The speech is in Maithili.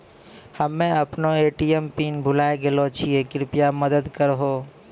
हम्मे अपनो ए.टी.एम पिन भुलाय गेलो छियै, कृपया मदत करहो